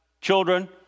children